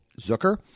Zucker